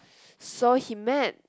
so he met